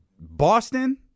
Boston